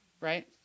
right